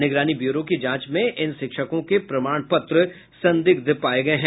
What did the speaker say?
निगरानी ब्यूरो की जांच में इन शिक्षकों के प्रमाण पत्र संदिग्ध पाये गये हैं